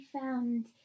found